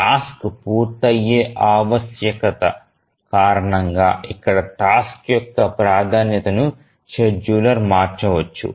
task పూర్తయ్యే ఆవశ్యకత కారణంగా ఇక్కడ టాస్క్ యొక్క ప్రాధాన్యతను షెడ్యూలర్ మార్చవచ్చు